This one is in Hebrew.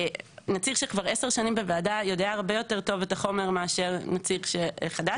נציג שכבר עשר שנים בוועדה יודע הרבה יותר טוב את החומר מאשר נציג חדש.